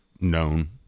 known